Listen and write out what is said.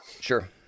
Sure